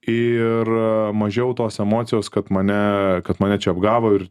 ir mažiau tos emocijos kad mane kad mane čia apgavo ir